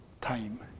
time